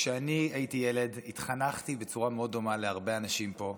כשאני הייתי ילד התחנכתי בצורה מאוד דומה להרבה אנשים פה,